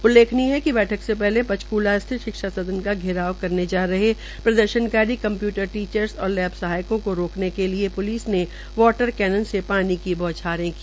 उल्लेख्नीय है कि बैठक से पहले पंचकूला स्थित शिक्षासदन का घेराव करने जा रहे प्रदर्शनकारी कम्प्यूटर टीचर्स और लैब सहायकों को रोकने के लिए पुलिस द्वारा वाटर कैनर से पानी की बौछार की